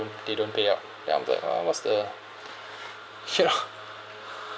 they don't pay up then I'm the ah what's the you know